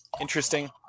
interesting